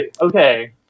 okay